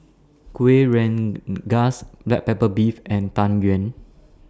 Kuih Rengas Black Pepper Beef and Tang Yuen